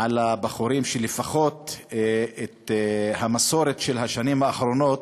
על הבחורים שלפחות את המסורת של השנים האחרונות,